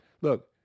Look